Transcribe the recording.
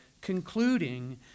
concluding